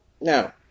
Now